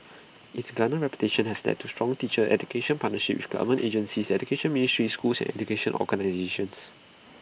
its garnered reputation has led to strong teacher education partnerships with government agencies education ministries schools and educational organisations